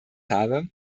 habe